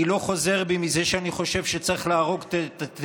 אני לא חוזר בי מזה שאני חושב שצריך להרוג טרוריסטים.